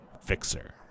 Fixer